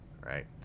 right